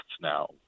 now